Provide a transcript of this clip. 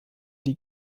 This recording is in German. die